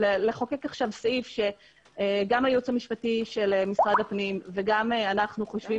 לחוקק עכשיו סעיף שגם לייעוץ המשפטי של משרד הפנים וגם אנחנו חושבים